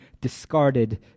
discarded